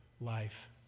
life